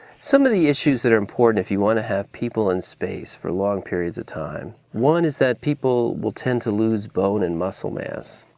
some of the issues that are important if you want to have people in space for long periods of time. one is that people will tend to lose bone and muscle mass.